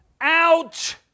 out